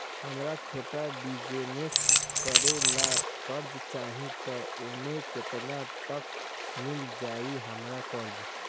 हमरा छोटा बिजनेस करे ला कर्जा चाहि त ओमे केतना तक मिल जायी हमरा कर्जा?